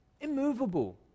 immovable